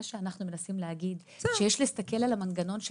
מה שאנחנו מנסים להגיד זה שיש להסתכל על המנגנון של